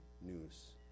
news